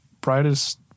brightest